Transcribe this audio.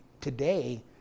today